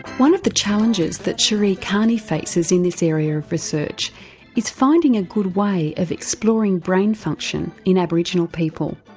one of the challenges that sheree cairney faces in this area of research is finding a good way of exploring brain function in aboriginal people.